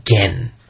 again